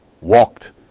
walked